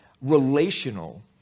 relational